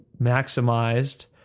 maximized